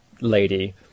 lady